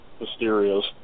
Mysterious